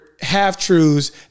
half-truths